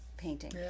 painting